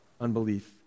unbelief